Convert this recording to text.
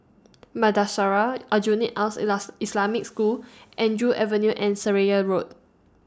Madrasah Aljunied Al Islamic School Andrew Avenue and Seraya Road